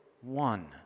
one